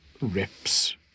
rips